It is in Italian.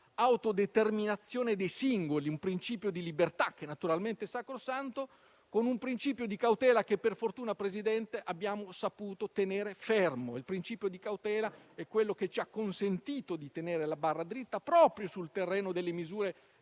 autodeterminazione dei singoli e un principio di libertà, che naturalmente è sacrosanto, con un principio di cautela, che per fortuna, Presidente, abbiamo saputo tenere fermo. Il principio di cautela è quello che ci ha consentito di tenere la barra dritta proprio sul terreno delle misure